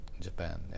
Japan